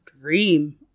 dream